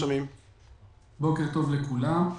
בוקר טוב לכולם.